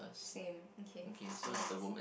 same okay next